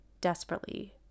desperately